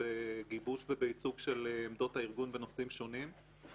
בגיבוש ובייצוג של עמדות הארגון בנושאים שונים.